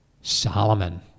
Solomon